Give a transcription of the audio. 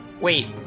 Wait